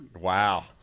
Wow